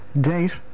date